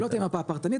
לא תהיה מפה פרטנית,